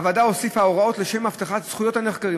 הוועדה הוסיפה הוראות לשם הבטחת זכויות הנחקרים,